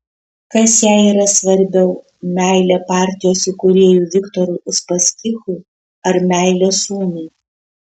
kas jai yra svarbiau meilė partijos įkūrėjui viktorui uspaskichui ar meilė sūnui